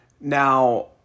Now